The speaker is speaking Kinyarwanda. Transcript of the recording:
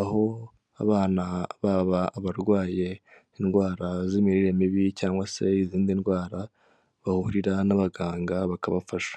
aho abana baba abarwaye indwara z'imirire mibi cyangwa se izindi ndwara bahurira n'abaganga bakabafasha.